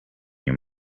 your